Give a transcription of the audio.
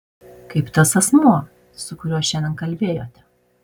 kaip tas asmuo su kuriuo šiandien kalbėjote